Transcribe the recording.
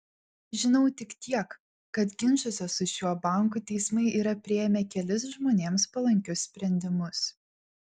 žinau tik tiek kad ginčuose su šiuo banku teismai yra priėmę kelis žmonėms palankius sprendimus